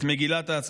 את מגילת העצמאות,